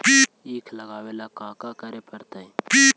ईख लगावे ला का का करे पड़तैई?